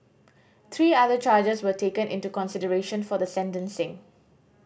three other charges were taken into consideration for the sentencing